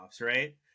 Right